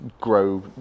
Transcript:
grow